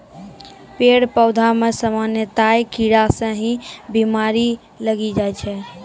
पेड़ पौधा मॅ सामान्यतया कीड़ा स ही बीमारी लागी जाय छै